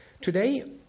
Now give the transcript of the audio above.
today